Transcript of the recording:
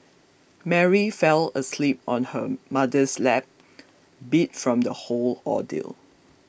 Mary fell asleep on her mother's lap beat from the whole ordeal